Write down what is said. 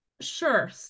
sure